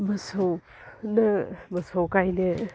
मोसौनो मोसौ गायनो